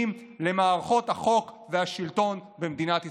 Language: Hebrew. למערכות החוק והשלטון במדינת ישראל.